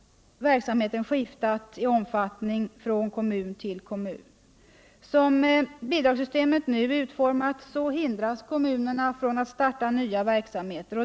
Verksamheten har också skiftat i omfattning från kommun till kommun. Som bidragssystemcet nu är utformat hindras kommunerna från att starta nya verksamheter.